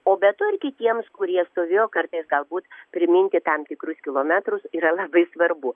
o be to ir kitiems kurie stovėjo kartais galbūt priminti tam tikrus kilometrus yra labai svarbu